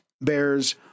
bears